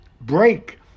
Break